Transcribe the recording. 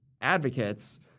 advocates